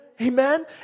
Amen